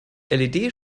led